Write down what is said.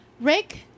Rick